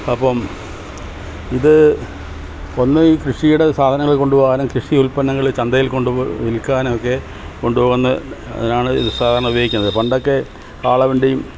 അപ്പം ഇത് ഒന്നുകിൽ കൃഷിയുടെ സാധനങ്ങൾ കൊണ്ടുപോകാനും കൃഷി ഉല്പന്നങ്ങൾ ചന്തയിൽ കൊണ്ടുപോയി വിൽക്കാനും ഒക്കെ കൊണ്ടുപോകുന്ന ഇതാണ് സാധാരണ ഉപയോഗിക്കുന്നത് പണ്ടൊക്കെ കാളവണ്ടിയും